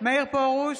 מאיר פרוש,